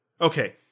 Okay